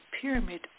pyramid